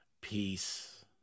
peace